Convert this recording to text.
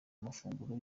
amafunguro